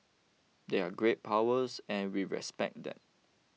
they're great powers and we respect that